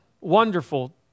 wonderful